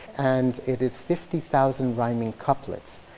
and it is fifty thousand rhyming couplets.